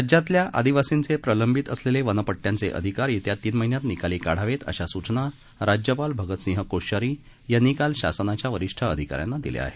राज्यातल्या आदिवासींचे प्रलंबित असलेले वनपट्ट्यांचे अधिकार येत्या तीन महिन्यात निकाली काढावेत अशा सुचना राज्यपाल भगतसिंह कोश्यारी यांनी काल शासनाच्या वरिष्ठ अधिकाऱ्यांना दिल्या आहेत